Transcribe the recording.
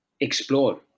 explore